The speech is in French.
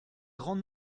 grand